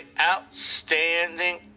outstanding